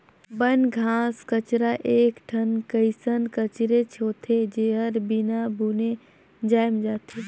बन, घास कचरा एक ठन कइसन कचरेच होथे, जेहर बिना बुने जायम जाथे